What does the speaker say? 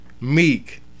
Meek